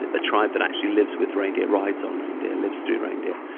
ah a tribe that actually lives with reindeer, rides on reindeer, lives through reindeer,